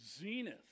zenith